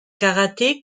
karaté